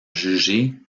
jugé